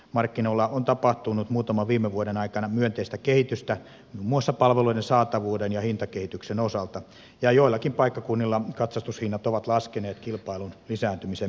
markkinoilla on tapahtunut muutaman viime vuoden aikana myönteistä kehitystä muun muassa palveluiden saatavuuden ja hintakehityksen osalta ja joillakin paikkakunnilla katsastushinnat ovat laskeneet kilpailun lisääntymisen myötä